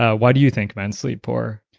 ah why do you think men sleep poorer?